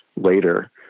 later